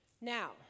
Now